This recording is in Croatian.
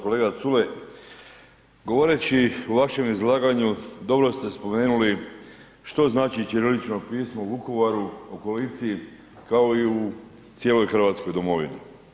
Kolega Culej, govoreći u vašem izlaganju, dobro ste spomenuli što znači ćirilično pismo u Vukovaru, u ... kao i u cijeloj hrvatskoj domovini.